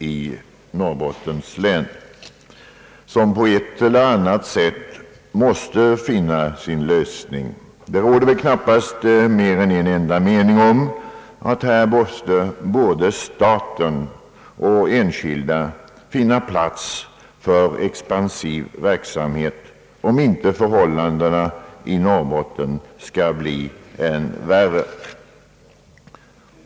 Detta problem måste på ett eller annat sätt lösas, och det torde knappast finnas mer än en enda mening om att både staten och enskilda måste åstadkomma möjligheter för expansiv verksamhet om inte förhållandena i länet ytterligare skall förvärras.